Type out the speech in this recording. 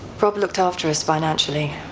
rob looked after us financially,